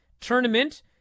tournament